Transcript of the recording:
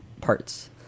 parts